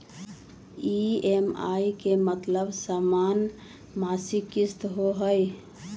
EMI के मतलब समान मासिक किस्त होहई?